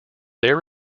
there